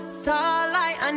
starlight